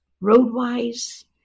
road-wise